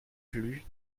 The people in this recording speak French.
plus